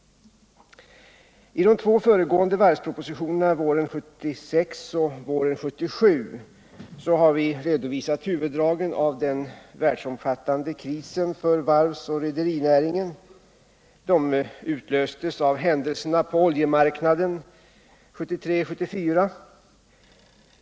I de två föregående varvspropositionerna våren 1976 och våren 1977 har vi redovisat huvuddragen i den världsomfattande krisen för varvsoch rederinäringen. De utlöstes av händelserna på oljemarknaden 1973-1974.